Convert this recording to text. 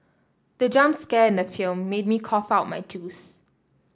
the jump scare in the film made me cough out my juice